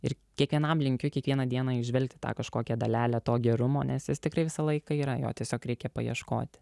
ir kiekvienam linkiu kiekvieną dieną įžvelgti tą kažkokią dalelę to gerumo nes jis tikrai visą laiką yra jo tiesiog reikia paieškoti